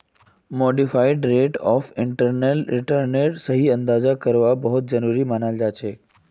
modified rate of internal रिटर्नेर सही अंदाजा करवा बहुत जरूरी मनाल जाछेक